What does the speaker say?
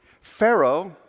Pharaoh